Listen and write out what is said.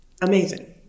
amazing